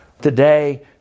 Today